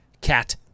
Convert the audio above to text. cat